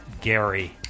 Gary